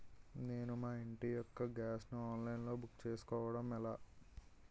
నేను మా ఇంటి యెక్క గ్యాస్ ను ఆన్లైన్ లో బుక్ చేసుకోవడం ఎలా?